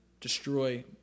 destroy